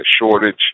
shortage